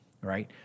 right